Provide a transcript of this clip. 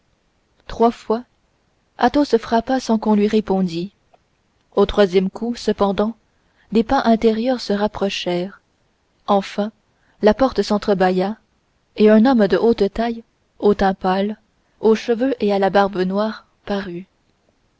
trois fois athos frappa sans qu'on lui répondît au troisième coup cependant des pas intérieurs se rapprochèrent enfin la porte s'entrebâilla et un homme de haute taille au teint pâle aux cheveux et à la barbe noire parut